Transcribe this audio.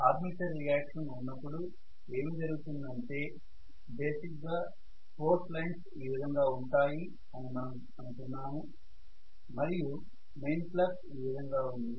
armature reaction ఉన్నప్పుడు ఏమి జరుగుతుంది అంటే బేసిక్ గా ఫోర్స్ లైన్స్ ఈ విధంగా ఉంటాయి అని మనము అనుకున్నాము మరియు మెయిన్ ఫ్లక్స్ ఈ విధంగా ఉంది